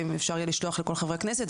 ואם אפשר יהיה לשלוח לכל חברי הכנסת,